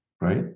right